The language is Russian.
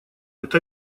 это